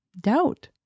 doubt